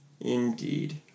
Indeed